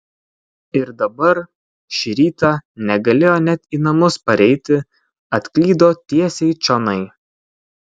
ir dabar šį rytą negalėjo net į namus pareiti atklydo tiesiai čionai